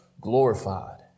glorified